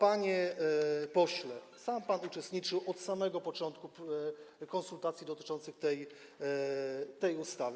Panie pośle, sam pan uczestniczył od samego początku w konsultacjach dotyczących tej ustawy.